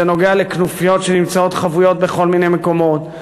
זה נוגע לכנופיות שנמצאות חבויות בכל מיני מקומות.